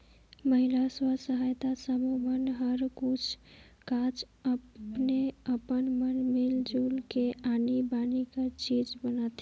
महिला स्व सहायता समूह मन हर कुछ काछ अपने अपन मन मिल जुल के आनी बानी कर चीज बनाथे